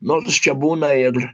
nors čia būna ir